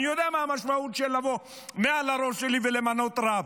אני יודע מה המשמעות של לבוא מעל הראש שלי ולמנות רב,